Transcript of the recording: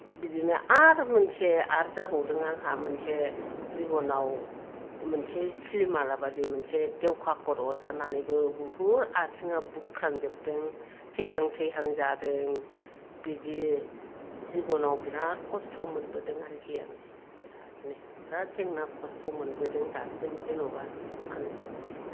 बिदिनो आरो मोनसे आरो जाबावदों आंहा मोनसे जिबनाव मोनसे सिलिमाला बादि मोनसे देवखा खर' अरजानानैबो बुहुद आथिंआ बुख्रांजोबदों थैहां थैहां जादों बिदि जिबनाव बिराद खस्त' मोनबोदों आरोखि आङो बिरादनो बिराद जेंना खस्त' मोनबोदों दासिम जेनेबा आङो बिदि